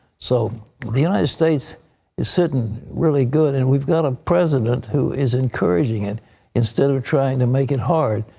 so the united states is sitting really good. and we've got a president who is encouraging it instead of trying to make it hard.